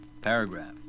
Paragraph